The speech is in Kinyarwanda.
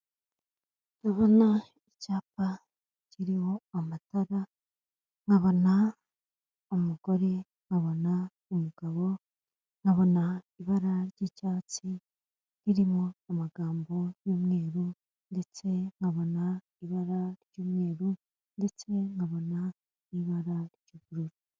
Ndabona icyapa kiriho amatara, nkabona umugore, nkabona umugabo, nkabona ibara ry'icyatsi ririmo amagambo y'umweru ndetse nkabona ibara ry'umweru ndetse nkabona n'ibara ry'ubururu.